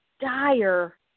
dire